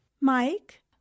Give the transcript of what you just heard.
Mike